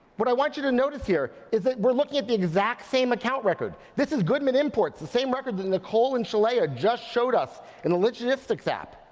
what i want you to notice here is that we're looking at the exact same account record. this is goodman imports, the same record that nicole and shaleah just showed us in the logistics app,